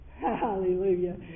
Hallelujah